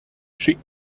schick